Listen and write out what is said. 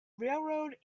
railroad